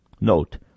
Note